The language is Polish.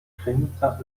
pszenica